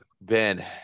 Ben